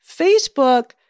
Facebook